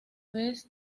vez